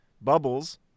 Bubbles